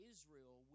Israel